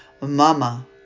Mama